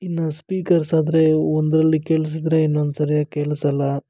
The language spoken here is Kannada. ಇನ್ನ ಸ್ಪೀಕರ್ಸಾದರೆ ಒಂದರಲ್ಲಿ ಕೇಳ್ಸಿದ್ರೆ ಇನ್ನೊಂದು ಸರ್ಯಾಗಿ ಕೇಳಿಸಲ್ಲ